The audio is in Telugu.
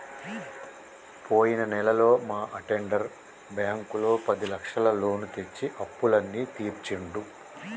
పోయిన నెలలో మా అటెండర్ బ్యాంకులో పదిలక్షల లోను తెచ్చి అప్పులన్నీ తీర్చిండు